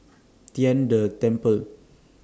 Tian De Temple